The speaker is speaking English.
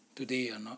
today or not